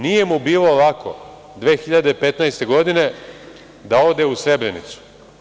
Nije mu bilo lako 2015. godine da ode u Srebrenicu.